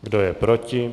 Kdo je proti?